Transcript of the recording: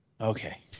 Okay